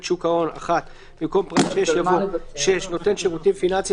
שוק ההון 1. במקום- -- שיש נותן שירותים פיננסיים